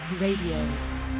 Radio